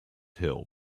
hill